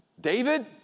David